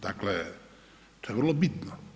Dakle, to je vrlo bitno.